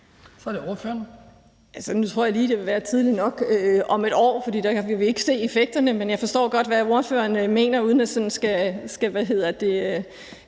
Heidi Bank (V): Nu tror jeg lige, det vil være tidligt nok om et år, for der vil vi ikke se effekterne. Men jeg forstår godt, hvad ordføreren mener, uden at jeg sådan skal gøre noget